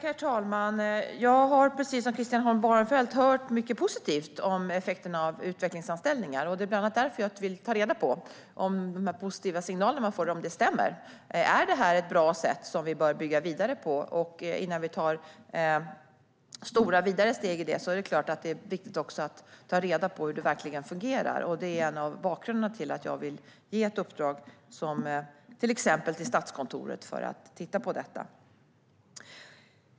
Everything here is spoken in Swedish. Herr talman! Jag har precis som Christian Holm Barenfeld hört mycket positivt om effekterna av utvecklingsanställningar. Det är bland annat därför jag vill ta reda på om de positiva signalerna stämmer och om det är ett bra sätt som vi bör bygga vidare på. Innan vi tar stora och vidare steg där är det viktigt att ta reda på hur det verkligen fungerar. Det är av bakgrunderna till att jag vill ge ett uppdrag exempelvis till Statskontoret att titta på detta.